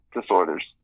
disorders